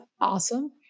awesome